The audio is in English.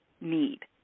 need